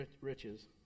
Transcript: riches